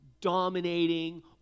dominating